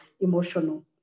emotional